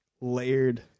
layered